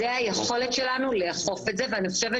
זאת היכולת שלנו לאכוף את זה ואני חושבת